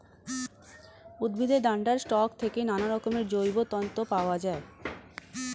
উদ্ভিদের ডান্ডার স্টক থেকে নানারকমের জৈব তন্তু পাওয়া যায়